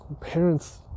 parents